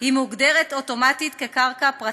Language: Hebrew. מוגדרת אוטומטית כקרקע פרטית.